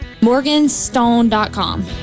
Morganstone.com